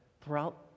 throughout